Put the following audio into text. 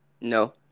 No